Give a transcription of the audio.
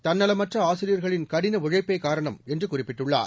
தன்னலமற்ற ஆசிரியர்களின் கடின உழழப்பே காரணம் என்று குறிப்பிட்டுள்ளார்